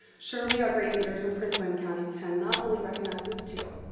surely our great leaders in prince william county can not only recognize this too,